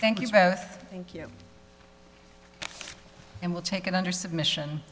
thank you thank you and we'll take it under submission